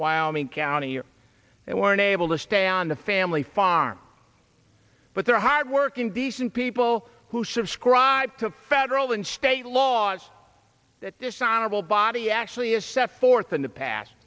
wyoming county and were unable to stay on the family farm but they're hardworking decent people who subscribe to federal and state laws that this honorable body actually is set forth in the past